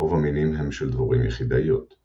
רוב המינים הם של דבורים יחידאיות;